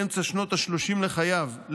באמצע שנות השלושים לחייו,